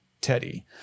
teddy